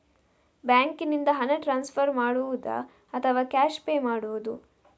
ಬ್ಯಾಂಕಿನಿಂದ ಹಣ ಟ್ರಾನ್ಸ್ಫರ್ ಮಾಡುವುದ ಅಥವಾ ಕ್ಯಾಶ್ ಪೇ ಮಾಡುವುದು?